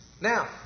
Now